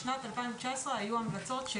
בשנת 2019 היו המלצות.